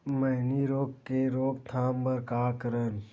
मैनी रोग के रोक थाम बर का करन?